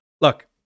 Look